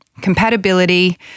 compatibility